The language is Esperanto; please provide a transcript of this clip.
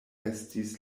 estis